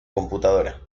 computadora